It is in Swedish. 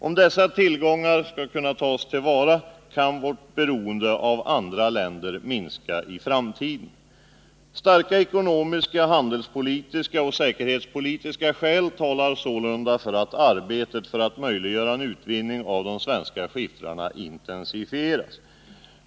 Om dessa tillgångar tas till vara, kan vårt beroende av andra länder minska i framtiden. Starka ekonomiska, handelspolitiska och säkerhetspolitiska skäl talar sålunda för att arbetet för att möjliggöra utvinning av de svenska skiffrarna intensifieras.